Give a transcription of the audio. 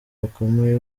bakomeye